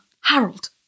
Harold